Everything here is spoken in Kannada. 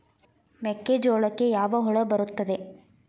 ಮೆಕ್ಕೆಜೋಳಕ್ಕೆ ಯಾವ ಹುಳ ಬರುತ್ತದೆ?